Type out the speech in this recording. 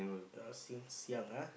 yeah since young ah